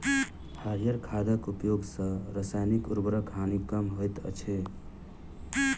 हरीयर खादक उपयोग सॅ रासायनिक उर्वरकक हानि कम होइत अछि